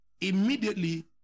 immediately